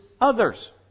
others